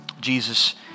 Jesus